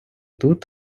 тут